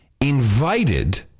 invited